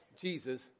Jesus